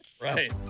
Right